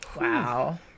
wow